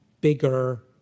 bigger